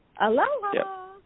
Aloha